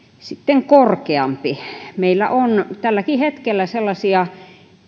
sitten korkeampi meillä on tälläkin hetkellä sellaisia